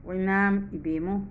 ꯑꯣꯏꯅꯥꯝ ꯏꯕꯦꯃꯨ